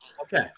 Okay